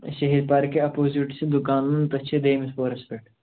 اَچھا ہیرِ پارکہٕ اپوزِٹ چھِ دُکانَن تَتھ چھِ دوٚیمِس پورَس پٮ۪ٹھ